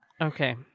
Okay